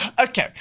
Okay